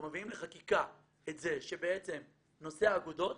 אנחנו מביאים לחקיקה את זה שבעצם בנושא האגודות